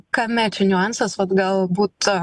kame čia niuansas vat galbūt